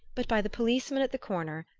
but by the policeman at the corner,